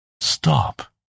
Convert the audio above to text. Stop